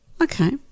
Okay